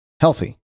healthy